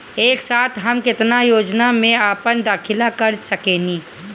एक साथ हम केतना योजनाओ में अपना दाखिला कर सकेनी?